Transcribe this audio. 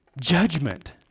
judgment